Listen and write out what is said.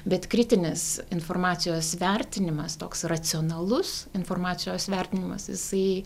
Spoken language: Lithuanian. bet kritinis informacijos vertinimas toks racionalus informacijos vertinimas jisai